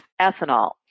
ethanol